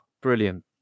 Brilliant